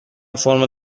فرم